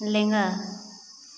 ᱞᱮᱸᱜᱟ